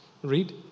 Read